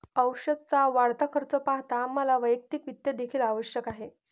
औषधाचा वाढता खर्च पाहता आम्हाला वैयक्तिक वित्त देखील आवश्यक आहे